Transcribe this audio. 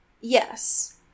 Yes